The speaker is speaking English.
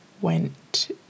went